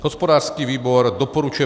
Hospodářský výbor doporučuje